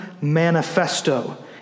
manifesto